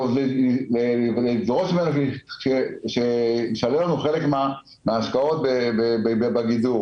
היא דרשה מבעל הנכס שישלם לה חלק מההשקעות בגידור.